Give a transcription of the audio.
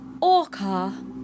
Orca